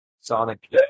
Sonic